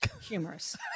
humorous